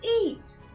eat